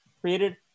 created